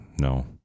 No